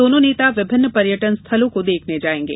दोनों नेता विभिन्न पर्यटन स्थलों को देखने जाएंगे